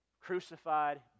crucified